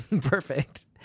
Perfect